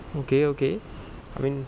okay okay I mean